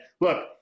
look